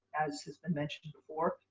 as has been mentioned before,